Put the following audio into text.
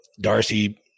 Darcy